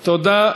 אתה יודע,